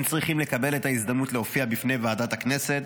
הם צריכים לקבל את ההזדמנות להופיע בפני ועדת הכנסת,